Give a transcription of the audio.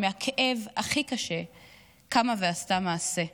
מהכאב הכי קשה קמה ועשתה מעשה,